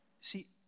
See